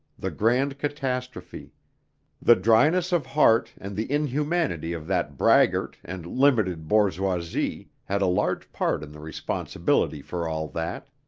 the grand catastrophe the dryness of heart and the inhumanity of that braggart and limited bourgeoisie had a large part in the responsibility for all that.